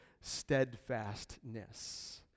steadfastness